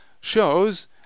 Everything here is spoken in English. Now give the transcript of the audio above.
shows